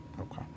Okay